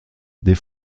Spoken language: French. des